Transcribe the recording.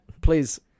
please